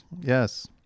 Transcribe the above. Yes